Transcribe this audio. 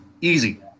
Easy